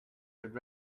should